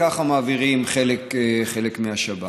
וככה מעבירים חלק מהשבת.